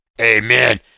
Amen